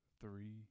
Three